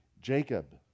Jacob